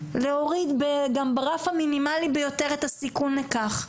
להוריד גם ברף המינימאלי ביותר את הסיכון לכך.